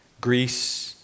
Greece